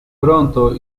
pronto